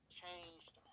changed